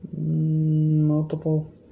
Multiple